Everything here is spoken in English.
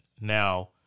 Now